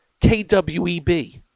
KWEB